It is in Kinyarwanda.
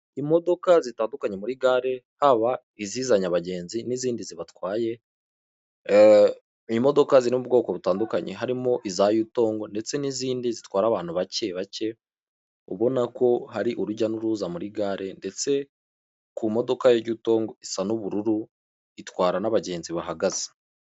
Imodoka zitandukanye muri gare haba izizanye abagenzi n'izindi zibatwaye. Imodoka ziri mu bwoko butandukanye harimo iza yutongo ndetse n'izindi zitwara abantu bake bake ubona ko hari urujya n'uruza muri gare, ndetse ku modoka ya yutonngo isa n'ubururu itwara n'abagenzi bahagaze.